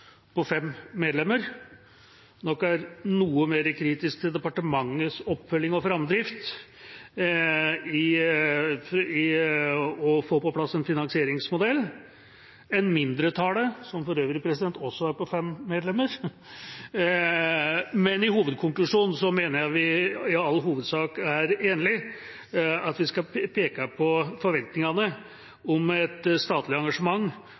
er noe mer kritisk til departementets oppfølging og framdrift med å få på plass en finansieringsmodell enn mindretallet – som for øvrig også er på fem medlemmer. Men jeg mener hovedkonklusjonen er at vi i all hovedsak er enig i at vi skal peke på forventningene om et statlig engasjement